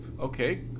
okay